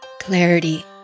Clarity